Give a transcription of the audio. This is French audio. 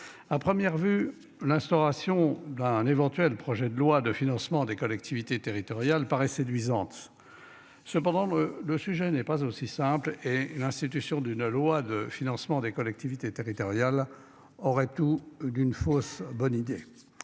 à première vue l'instauration d'un éventuel projet de loi de financement des collectivités territoriales paraît séduisante. Cependant, le sujet n'est pas aussi simple et l'institution d'une loi de financement des collectivités territoriales aurait tout d'une fausse bonne idée.